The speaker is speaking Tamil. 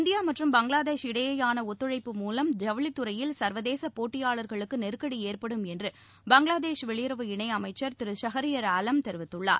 இந்திய மற்றும் பங்களாதேஷ் இடையேயான ஒத்துழைப்பு மூலம் ஜவளித்துறையில் சா்வதேச போட்டியாளர்களுக்கு நெருக்கடி ஏற்படும் என்று பங்களாதேஷ் வெளியுறவு இணையமைச்சர் திரு சஹியார் ஆலம் தெரிவித்துள்ளார்